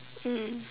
mm